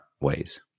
ways